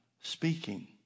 speaking